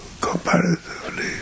comparatively